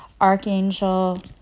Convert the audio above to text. Archangel